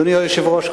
אדוני היושב-ראש,